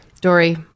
Dory